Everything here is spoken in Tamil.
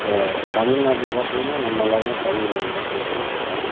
இப்போ தமிழ் நாட்டில் பார்த்தீங்கனா நம்ம எல்லாருமே தமிழ் மொழிதான் பேசிகிட்டு இருக்கோம்